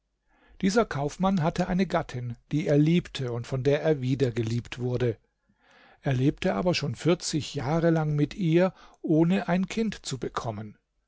dieser kaufmann hatte eine gattin die er liebte und von der er wieder geliebt wurde er lebte aber schon vierzig jahre lang mit ihr ohne ein kind zu bekommen